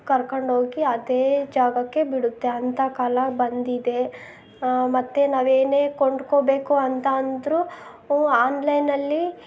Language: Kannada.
ಕರ್ಕಂಡು ಹೋಗಿ ಅದೇ ಜಾಗಕ್ಕೆ ಬಿಡುತ್ತೆ ಅಂಥ ಕಾಲ ಬಂದಿದೆ ಮತ್ತು ನಾವು ಏನೇ ಕೊಂಡ್ಕೋಬೇಕು ಅಂತ ಅಂದರೂ ಊಂ ಆನ್ಲೈನಲ್ಲಿ